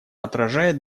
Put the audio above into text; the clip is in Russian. отражает